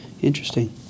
interesting